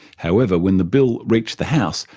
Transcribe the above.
however when the bill reached the house,